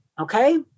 Okay